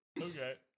Okay